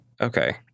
Okay